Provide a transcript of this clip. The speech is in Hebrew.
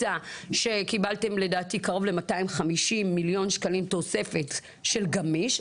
שקיבלתם לדעתי קרוב ל-250 מיליון תוספת של גמיש,